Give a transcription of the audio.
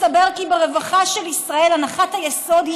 מסתבר כי ברווחה של ישראל הנחת היסוד היא